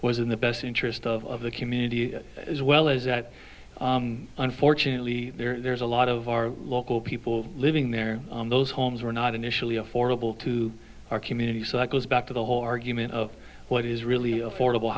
was in the best interest of the community as well as that unfortunately there's a lot of our local people living there those homes were not initially affordable to our community so i goes back to the whole argument of what is really affordable